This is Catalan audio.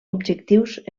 objectius